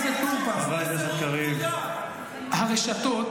בואו נדבר על הרשתות,